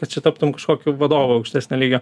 kad čia taptum kažkokiu vadovu aukštesnio lygio